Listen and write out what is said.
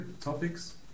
topics